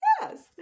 yes